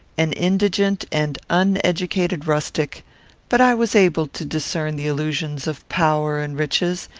an indigent and uneducated rustic but i was able to discern the illusions of power and riches,